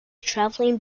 travelling